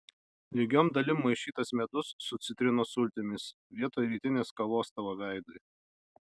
lygiom dalim maišytas medus su citrinos sultimis vietoj rytinės kavos tavo veidui